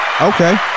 Okay